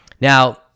Now